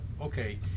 okay